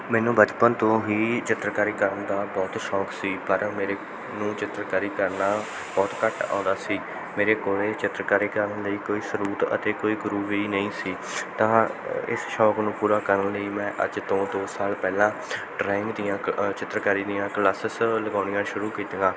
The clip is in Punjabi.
ਮੈਨੂੰ ਬਚਪਨ ਤੋਂ ਹੀ ਚਿੱਤਰਕਾਰੀ ਕਰਨ ਦਾ ਬਹੁਤ ਸ਼ੌਕ ਸੀ ਪਰ ਮੈਨੂੰ ਚਿੱਤਰਕਾਰੀ ਕਰਨਾ ਬਹੁਤ ਘੱਟ ਆਉਂਦਾ ਸੀ ਮੇਰੇ ਕੋਲ ਚਿੱਤਰਕਾਰੀ ਕਰਨ ਲਈ ਕੋਈ ਸ੍ਰੋਤ ਅਤੇ ਕੋਈ ਗੁਰੂੂ ਹੀ ਨਹੀਂ ਸੀ ਤਾਂ ਇਸ ਸ਼ੌਕ ਨੂੰ ਪੂਰਾ ਕਰਨ ਲਈ ਮੈਂ ਅੱਜ ਤੋਂ ਦੋ ਸਾਲ ਪਹਿਲਾਂ ਡਰਾਇੰਗ ਦੀਆਂ ਚਿੱਤਰਕਾਰੀ ਦੀਆਂ ਕਲਾਸਸ ਲਗਾਉਣੀਆਂ ਸ਼ੁਰੂ ਕੀਤੀਆਂ